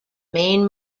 main